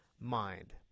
mind